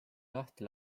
lahti